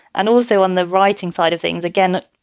and also on the writing side of things, again,